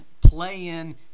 play-in